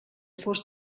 fos